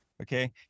Okay